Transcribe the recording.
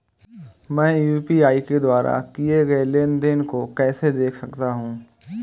मैं यू.पी.आई के द्वारा किए गए लेनदेन को कैसे देख सकता हूं?